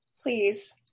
please